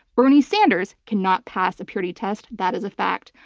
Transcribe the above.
bernie sanders cannot pass a purity test, that is a fact.